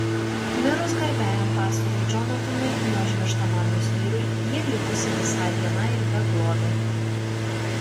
mirus garbiajam pastoriui džonatanui neužmirštamam jos vyrui ji likusi visai viena ir beglobė